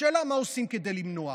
השאלה היא מה עושים כדי למנוע?